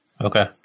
Okay